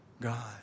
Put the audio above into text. God